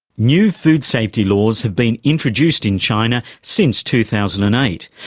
new food safety laws have been introduced in china since two thousand and eight.